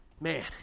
Man